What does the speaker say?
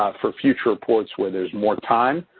for future reports where there's more time,